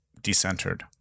decentered